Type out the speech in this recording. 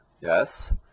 yes